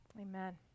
Amen